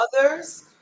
others